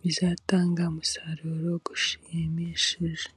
bizatanga umusaruro ushimishije.